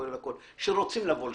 כולל הכול, שרוצים לבוא לשלם,